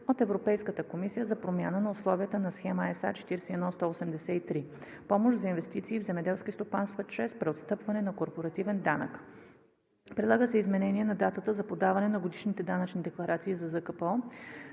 от Европейската комисия за промяна на условията на схема SA.41183 (2015/ХА) – Помощ за инвестиции в земеделски стопанства чрез преотстъпване на корпоративен данък. Предлага се изместване на датата за подаване на годишните данъчни декларации по ЗКПО,